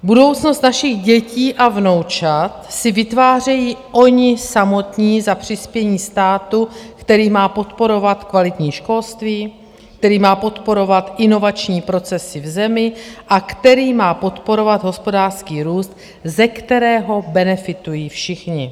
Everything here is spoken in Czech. Budoucnost našich dětí a vnoučat si vytvářejí oni samotní za přispění státu, který má podporovat kvalitní školství, který má podporovat inovační procesy v zemi a který má podporovat hospodářský růst, ze kterého benefitují všichni.